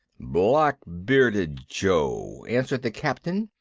black-bearded joe, answered the captain,